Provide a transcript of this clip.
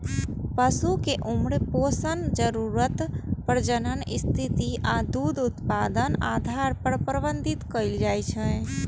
पशु कें उम्र, पोषण जरूरत, प्रजनन स्थिति आ दूध उत्पादनक आधार पर प्रबंधित कैल जाइ छै